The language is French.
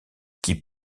qui